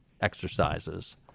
exercises